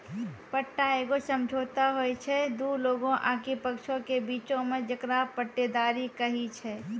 पट्टा एगो समझौता होय छै दु लोगो आकि पक्षों के बीचो मे जेकरा पट्टेदारी कही छै